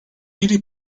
biri